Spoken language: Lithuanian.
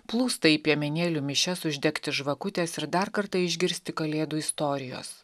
plūsta į piemenėlių mišias uždegti žvakutės ir dar kartą išgirsti kalėdų istorijos